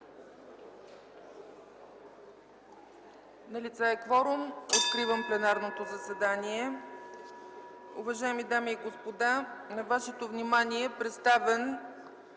кворум. Откривам пленарното заседание. Уважаеми дами и господа, на вашето внимание е представен